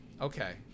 Okay